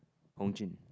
Hong Jing